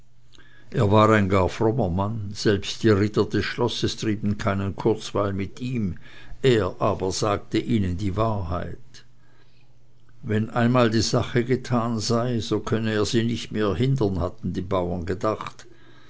es war ein gar frommer mann selbst die ritter des schlosses trieben keinen kurzweil mit ihm er aber sagte ihnen die wahrheit wenn einmal die sache getan sei so könne er sie nicht mehr hindern hatten die bauren gedacht